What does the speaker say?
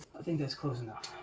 i think that's close enough.